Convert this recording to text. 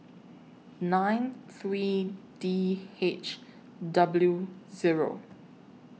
nine three D H W Zero